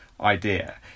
Idea